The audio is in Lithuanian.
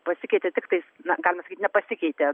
pasikeitė tiktais galima sakyt nepasikeitė